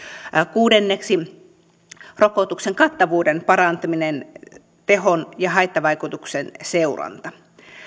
kuudenneksi rokotusten kattavuuden parantaminen ja tehon ja haittavaikutusten seuranta